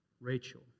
Rachel